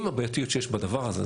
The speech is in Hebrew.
עם הבעייתיות שיש בדבר הזה,